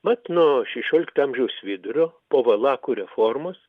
mat nuo šešiolikto amžiaus vidurio po valakų reformos